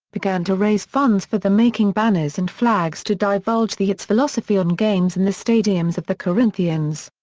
began to raise funds for the making banners and flags to divulge the its philosophy on games in the stadiums of the corinthians.